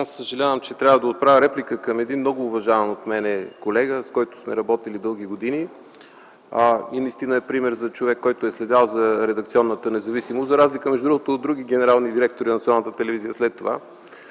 Съжалявам, че трябва да отправя реплика към един много уважаван от мен колега, с когото сме работили дълги години. Той наистина е пример за човек, който е следял за редакционната независимост, за разлика между другото от други генерални директори на Националната телевизия след това.